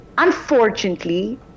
Unfortunately